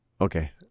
Okay